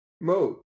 mode